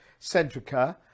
Centrica